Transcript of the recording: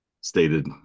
stated